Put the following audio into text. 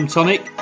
Tonic